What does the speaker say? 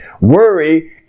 Worry